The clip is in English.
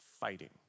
Fighting